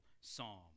psalm